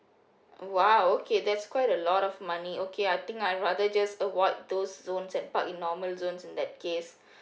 !wow! okay that's quite a lot of money okay I think I rather just avoid those zones and park in normal zone in that case